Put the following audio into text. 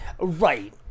Right